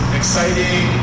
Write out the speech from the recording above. exciting